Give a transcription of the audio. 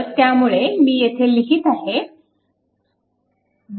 तर त्यामुळे मी येथे लिहीत आहे